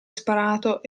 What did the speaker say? sparato